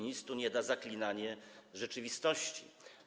Nic tu nie da zaklinanie rzeczywistości.